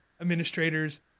administrators